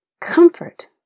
comfort